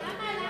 למה?